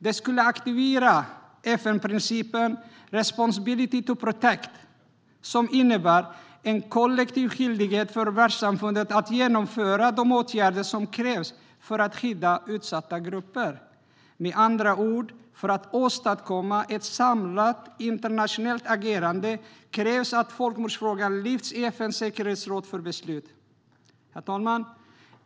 Det skulle aktivera FN-principen om responsibility to protect, som innebär en kollektiv skyldighet för världssamfundet att vidta de åtgärder som krävs för att skydda utsatta grupper. Med andra ord: För att åstadkomma ett samlat internationellt agerande krävs att folkmordsfrågan lyfts i FN:s säkerhetsråd för beslut. Herr talman!